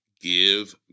Give